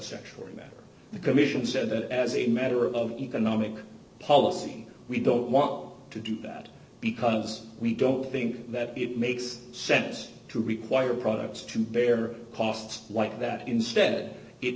century matter the commission said that as a matter of economic policy we don't want to do that because we don't think that it makes sense to require products to bear costs like that instead it